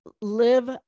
Live